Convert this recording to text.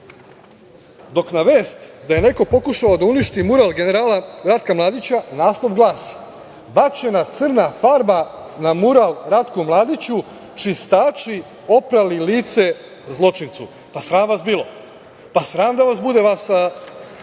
dok na vest da je neko pokušao da uništi mural Ratka Mladića naslov glasi: „Bačena crna farba na mural Ratku Mladiću, čistači oprali lice zločincu“. Pa sram vas bilo, sram da vas bude, vas